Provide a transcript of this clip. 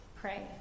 pray